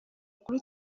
kuri